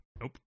nope